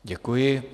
Děkuji.